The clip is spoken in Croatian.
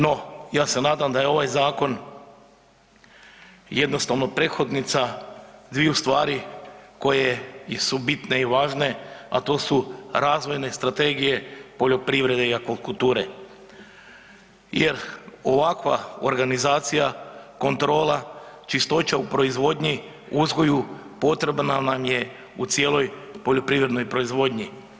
No, ja se nadam da je ovaj zakon jednostavno prethodnica dviju stvari koje su i bitne i važne, a to su razvojne strategije poljoprivrede i akvakulture jer ovakva organizacija, kontrola, čistoća u proizvodnji, uzgoju potrebna nam je u cijeloj poljoprivrednoj proizvodnji.